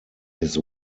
his